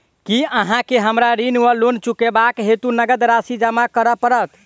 की अहाँ केँ हमरा ऋण वा लोन चुकेबाक हेतु नगद राशि जमा करऽ पड़त?